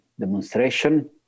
Demonstration